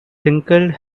wrinkled